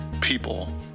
people